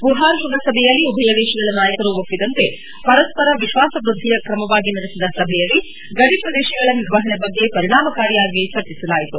Wuhan ಶ್ವಂಗಸಭೆಯಲ್ಲಿ ಉಭಯ ದೇಶಗಳ ನಾಯಕರು ಒಪ್ಸಿದಂತೆ ಪರಸ್ಸರ ವಿಶ್ವಾಸವ್ವದ್ದಿಯ ಕ್ರಮವಾಗಿ ನಡೆಸಿದ ಸಭೆಯಲ್ಲಿ ಗಡಿ ಪ್ರದೇಶಗಳ ನಿರ್ವಹಣೆ ಬಗ್ಗೆ ಪರಿಣಾಮಕಾರಿಯಾಗಿ ಚರ್ಚಿಸಲಾಯಿತು